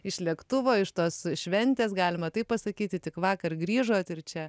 iš lėktuvo iš tos šventės galima taip pasakyti tik vakar grįžot ir čia